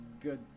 Good